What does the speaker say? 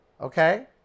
okay